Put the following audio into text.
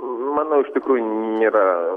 manau iš tikrųjų nėra